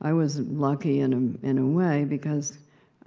i was lucky, and um in a way, because